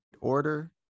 order